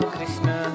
Krishna